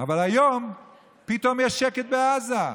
אבל היום פתאום יש שקט בעזה,